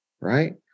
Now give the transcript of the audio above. right